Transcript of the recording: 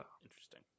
Interesting